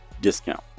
discount